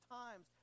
times